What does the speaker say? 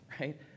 right